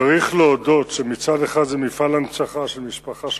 צריך להודות שמצד אחד זה מפעל הנצחה של משפחה שכולה,